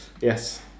Yes